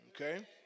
Okay